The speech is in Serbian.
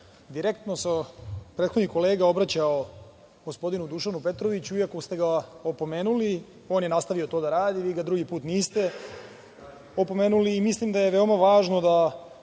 Direktno se prethodni kolega obraćao gospodinu Dušanu Petroviću, iako ste ga opomenuli on je nastavio to da radi. Vi ga drugi put niste opomenuli i mislim da je veoma važno da